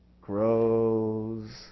grows